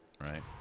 right